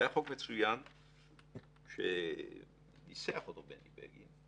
היה חוק מצוין שניסח אותו בני בגין.